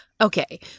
Okay